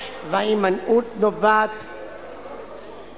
יש וההימנעות נובעת